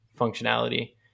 functionality